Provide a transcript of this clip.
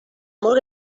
molt